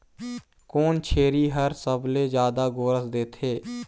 कोन छेरी हर सबले जादा गोरस देथे?